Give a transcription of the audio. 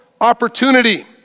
opportunity